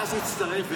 ואז הצטרף,